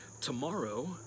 tomorrow